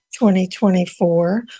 2024